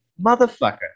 motherfucker